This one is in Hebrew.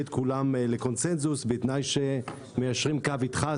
את כולם לקונצנזוס בתנאי שמיישרים קו איתך.